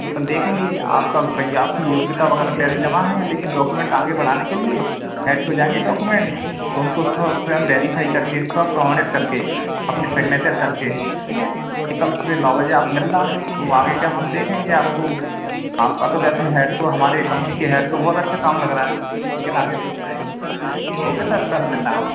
तो अपन देखेंगे आपका भाई आपकी योग्यता वग़ैरह पहले जमा है लेकिन डॉक्यूमेंट आगे बढ़ाने के लिए हेड को जाएंगे डोकूमेंट तो उनको स्वयं वेरीफाई करके स्वाप्रमाणित कर के अपने सेग्नेचर कर के ठीक है फिर कल सुबह नौ बजे आप मिलना तो आगे का हम देखेंगे आपको आपका तो वैसे हेड को हमारे कंपनी के हेड को बहुत अच्छा काम लग रहा है लेकिन आगे भी ठीक ओके सर कल मिलना आप